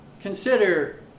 Consider